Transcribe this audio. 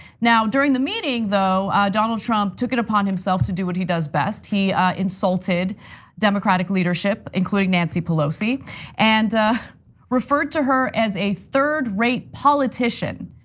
now, during the meeting though, donald trump took it upon himself to do what he does best. he insulted democratic leadership including nancy pelosi and referred to her as a third rate politician.